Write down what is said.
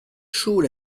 chaud